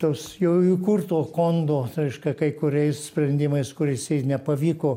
tos jų įkurto kondo reiškia kai kuriais sprendimais kuriais jai nepavyko